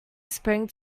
sprang